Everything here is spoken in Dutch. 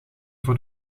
voor